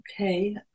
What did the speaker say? okay